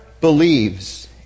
believes